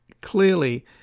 clearly